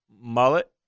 mullet